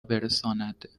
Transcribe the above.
برساند